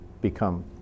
become